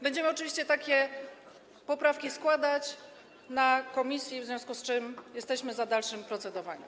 Będziemy oczywiście takie poprawki składać w komisji, w związku z czym jesteśmy za dalszym procedowaniem.